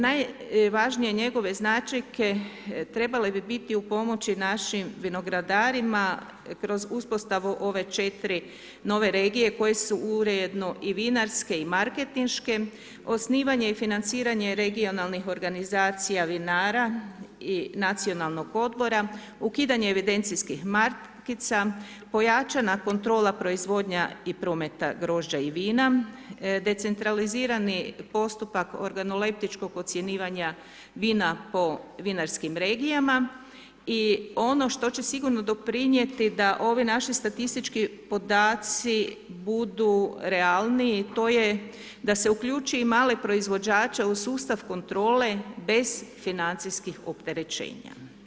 Najvažnije njegove značajke trebale bi biti u pomoći našim vinogradarima kroz uspostavu ove 4 nove regije koje su uredno i vinarske i marketinške, osnivanje i financiranje regionalnih organizacija vinara i nacionalnog odbora, ukidanje evidencijskih markica, pojačana kontrola i proizvodnja prometa grožđa i vina, decentralizirani postupak organoleptičkog ocjenjivanja vina po vinarskim regijama i ono što će sigurno doprinijeti da ovi naši statistički podaci budu realniji to je da se uključi i male proizvođače u sustav kontrole bez financijskih opterećenja.